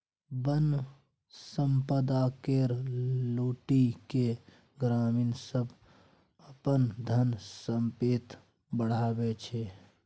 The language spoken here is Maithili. बन संपदा केर लुटि केँ ग्रामीण सब अपन धन संपैत बढ़ाबै छै